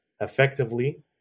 effectively